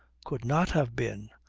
could not have been,